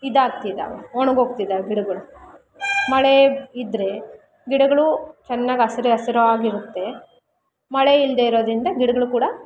ಇದಾಗ್ತಿದಾವೆ ಒಣ್ಗೋಗ್ತಿದಾವೆ ಗಿಡಗಳು ಮಳೆ ಇದ್ದರೆ ಗಿಡಗಳೂ ಚೆನ್ನಾಗಿ ಹಸಿರು ಹಸಿರಾಗಿ ಇರುತ್ತೆ ಮಳೆ ಇಲ್ಲದೆಇರೋದ್ರಿಂದ ಗಿಡಗಳು ಕೂಡ